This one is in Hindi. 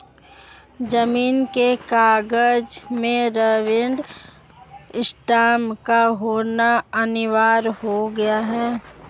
जमीन के कागजात में रबर स्टैंप का होना अनिवार्य हो गया है